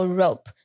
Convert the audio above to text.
rope，